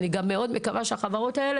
אני גם מאוד מקווה שהחברות האלה,